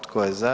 Tko je za?